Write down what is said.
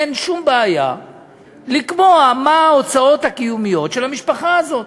אין שום בעיה לקבוע מה ההוצאות הקיומיות של המשפחה הזאת.